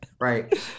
Right